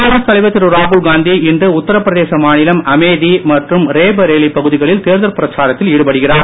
காங்கிரஸ் தலைவர் திரு ராகுல்காந்தி இன்று உத்தரபிரதேச மாநிலம் அமைதி மற்றும் ரேபரேலி பகுதிகளில் தேர்தல் பிரச்சாரத்தில் ஈடுபடுகிறார்